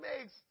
makes